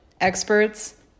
experts